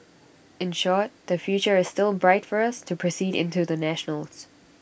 in short the future is still bright for us to proceed into the national's